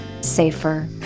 safer